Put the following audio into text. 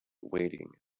weighting